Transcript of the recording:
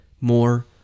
more